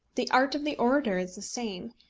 the art of the orator is the same.